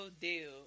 deal